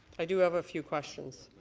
i do have a few questions.